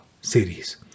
series